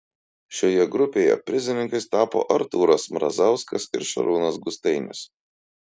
šioje grupėje prizininkais tapo artūras mrazauskas ir šarūnas gustainis